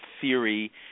theory